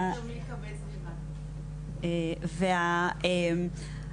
אם אפשר רק לחדד,